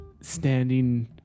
standing